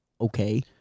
okay